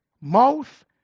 mouth